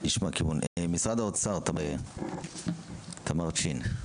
משרד האוצר, תמר צ'ין.